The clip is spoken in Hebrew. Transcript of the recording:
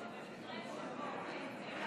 טוענים,